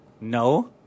no